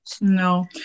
no